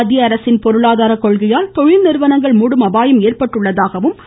மத்திய அரசின் பொருளாதார கொள்கையால் தொழில் நிறுவனங்கள் மூடும் அபாயம் ஏற்பட்டுள்ளதாகவும் குறை கூறினார்